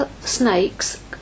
snakes